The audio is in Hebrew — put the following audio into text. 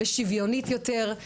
לשוויונית יותר,